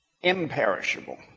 imperishable